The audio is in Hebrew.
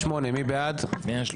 בעד.